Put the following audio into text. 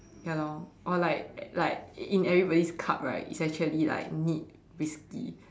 ya lor or like like in everybody's cup right is actually like neat whisky